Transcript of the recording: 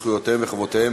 זכויותיהם וחובותיהם